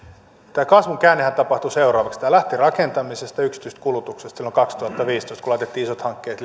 tämä kasvun käännehän tapahtui seuraavasti tämä lähti rakentamisesta ja yksityisestä kulutuksesta silloin kaksituhattaviisitoista kun laitettiin isot hankkeet